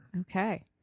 Okay